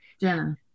Jenna